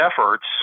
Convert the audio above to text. efforts